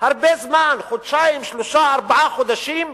הרבה זמן, חודשיים, שלושה חודשים, ארבעה חודשים?